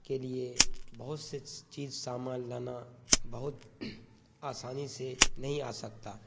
کے لیے بہت سے چیز سامان لانا بہت آسانی سے نہیں آ سکتا